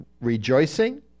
rejoicing